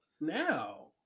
now